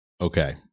Okay